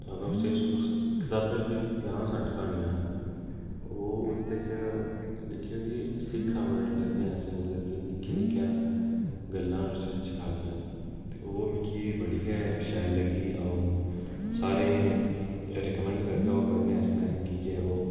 अबा उस्सेै च कताबा च कोई पंजाह् सट्ठ क्हानियां न ओह् उं'दे च दिक्खो कि सिक्खां बड़ी लभगियां ऐसी कि निक्की निक्की गल्लां न उस बिच्च लिक्खे दियां ओह् मिकी बड़ी गै शैल लग्गी ऐ ते हून सारे गी रिकमेंड करगा ओह् पढ़ने आस्तै कि ओह्